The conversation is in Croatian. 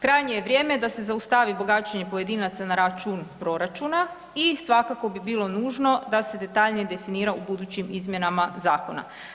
Krajnje je vrijeme da se zaustavi bogaćenje pojedinaca na račun proračuna i svakako bi bilo nužno da se detaljnije definira u budućim izmjenama zakona.